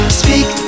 speak